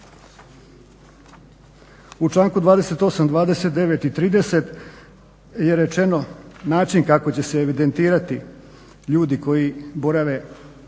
U članku 28., 29. i 30. je rečeno način kako će se evidentirati ljudi koji borave